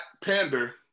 pander